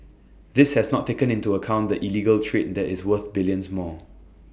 this has not taken into account the illegal trade that is worth billions more